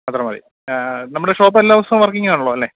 അത്ര മതി നമ്മുടെ ഷോപ്പ് എല്ലാ ദിവസവും വർക്കിംഗാണല്ലോ അല്ലേ